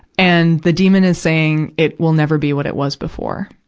and the demon is saying, it will never be what it was before.